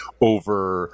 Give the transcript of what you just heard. over